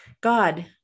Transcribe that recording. God